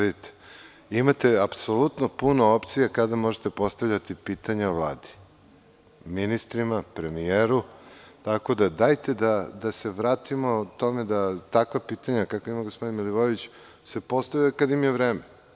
Imate apsolutno puno opcija kada možete postavljati pitanja Vladi, ministrima, premijeru, tako da dajte da se vratimo tome da takva pitanja kakva je imao gospodin Milivojević se postavljaju kada im je vreme.